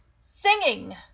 singing